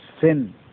sin